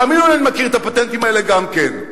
תאמינו לי, אני מכיר את הפטנטים האלה גם כן.